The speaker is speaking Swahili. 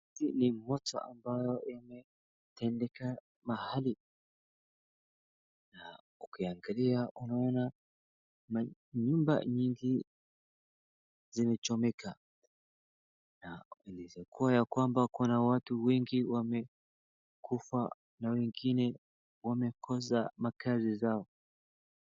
Hii ni moto ambayo imetendeka mahali, na ukiangalia unaona ma nyumba nyingi zimechomeka, na inaweza kuwa ya kwamba kuna watu wengi wamekufa na wengine wamekosa makazi zao.